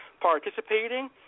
participating